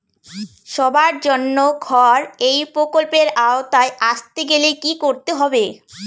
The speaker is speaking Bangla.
সবার জন্য ঘর এই প্রকল্পের আওতায় আসতে গেলে কি করতে হবে?